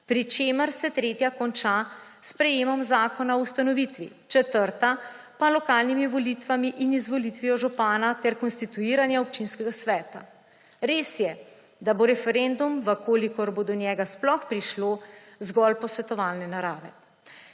pri čemer se tretja konča s sprejemom zakona o ustanovitvi, četrta pa z lokalnimi volitvami in izvolitvijo župana ter konstituiranje občinskega sveta. Res je, da bo referendum, če bo do njega sploh prišlo, zgolj posvetovalne narave.